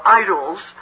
idols